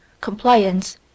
compliance